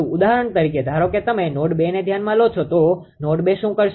ઉદાહરણ તરીકે ધારો કે તમે નોડ 2 ને ધ્યાનમાં લો છો તો નોડ 2 શુ કરશે